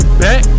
back